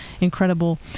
incredible